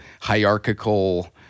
hierarchical